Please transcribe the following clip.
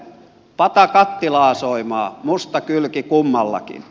pata kattilaa soimaa musta kylki kummallakin